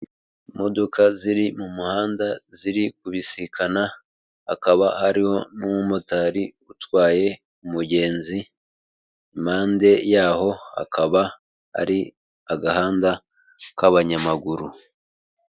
Imodoka ziri mu muhanda ziri kubisikana, hakaba hariho n'umumotari utwaye umugenzi, impande yaho akaba ari agahanda k'abanyamaguru.